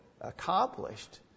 accomplished